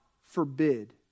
forbid